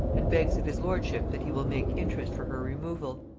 and begs of his lordship that he will make interest for her removal.